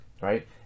right